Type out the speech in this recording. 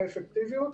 באפקטיביות,